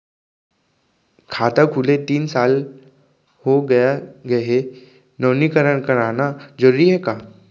खाता खुले तीन साल हो गया गये हे नवीनीकरण कराना जरूरी हे का?